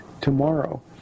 tomorrow